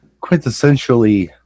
quintessentially